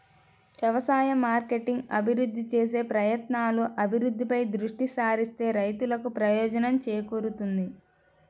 వ్యవసాయ మార్కెటింగ్ అభివృద్ధి చేసే ప్రయత్నాలు, అభివృద్ధిపై దృష్టి సారిస్తే రైతులకు ప్రయోజనం చేకూరుతుంది